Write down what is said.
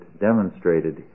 demonstrated